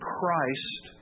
Christ